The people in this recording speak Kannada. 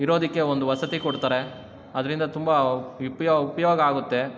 ಇರೋದಕ್ಕೆ ಒಂದು ವಸತಿ ಕೊಡ್ತಾರೆ ಅದರಿಂದ ತುಂಬ ಉಪಯೋಗ ಆಗುತ್ತೆ